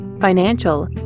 financial